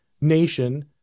nation